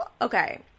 okay